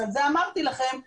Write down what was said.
אז על זה אמרתי לכם את המספר.